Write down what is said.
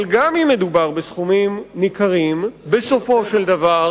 אבל גם אם מדובר בסכומים ניכרים, בסופו של דבר